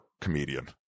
comedian